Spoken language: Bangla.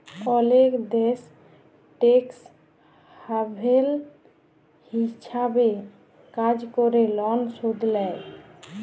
অলেক দ্যাশ টেকস হ্যাভেল হিছাবে কাজ ক্যরে লন শুধ লেই